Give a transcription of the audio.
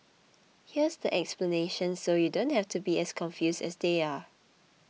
here's the explanation so you don't have to be as confused as they are